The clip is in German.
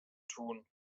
tun